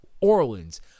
Orleans